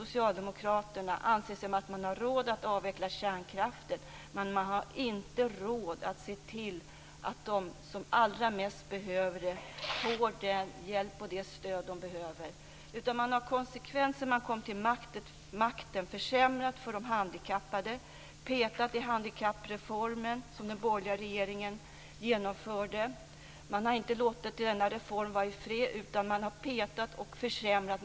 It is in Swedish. Socialdemokraterna, anser sig ha råd att avveckla kärnkraften men har inte råd att se till att de som allra mest behöver det får hjälp och stöd. Sedan man kom till makten har man konsekvent försämrat för de handikappade och petat i handikappreformen, som den borgerliga regeringen genomförde. Man har inte låtit denna reform vara i fred utan har petat och försämrat.